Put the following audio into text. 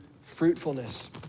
fruitfulness